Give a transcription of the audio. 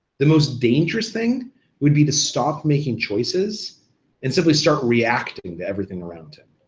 the most dangerous thing would be to stop making choices and simply start reacting to everything around him.